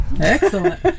Excellent